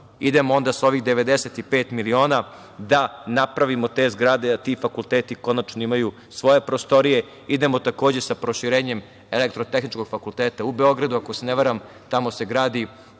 onda sa ovih 95 miliona da napravimo te zgrade, da ti fakulteti konačno imaju svoje prostorije. Idemo takođe sa proširenjem Elektrotehničkog fakulteta u Beogradu. Ako se ne varam, tamo se gradi,